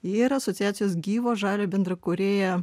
ir asociacijos gyvo žalio bendrakūrėja